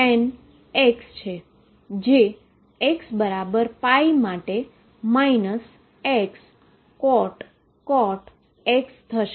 તેથી આ Xtan X છે જે Xπ માટે Xcot X થશે